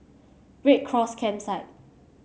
Red Cross Campsite